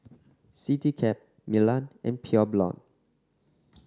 Citycab Milan and Pure Blonde